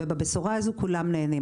ובבשורה הזו כולם נהנים.